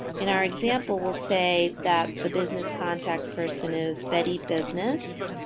in our example, will say that the business contact person is betty business,